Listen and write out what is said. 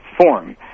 form